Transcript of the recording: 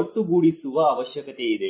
ಒಟ್ಟುಗೂಡಿಸುವ ಅವಶ್ಯಕತೆಯಿದೆ